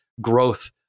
growth